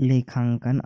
लेखांकन